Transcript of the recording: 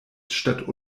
statt